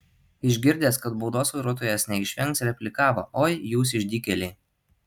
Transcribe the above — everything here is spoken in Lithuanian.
išgirdęs kad baudos vairuotojas neišvengs replikavo oi jūs išdykėliai